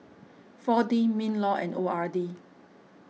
four D MinLaw and O R D